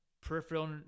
peripheral